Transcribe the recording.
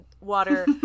water